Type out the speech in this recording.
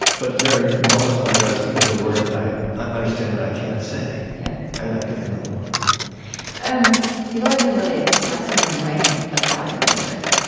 but there are moments where i notice that there's a word that i ah understand that i can't say. yeah and i pick another one and you've always been really expressive in writing about your music,